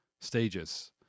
stages